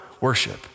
worship